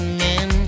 men